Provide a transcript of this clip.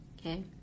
okay